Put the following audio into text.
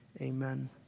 amen